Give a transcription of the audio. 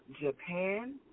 Japan